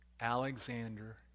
Alexander